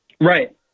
Right